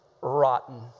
rotten